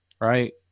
right